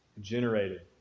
generated